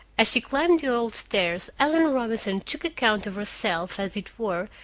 as she climbed the old stairs, ellen robinson took account of herself, as it were,